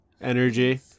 energy